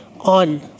on